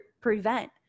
prevent